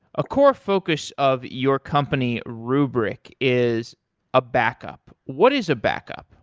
a core focus of your company rubrik, is a backup. what is a backup?